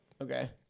okay